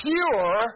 Pure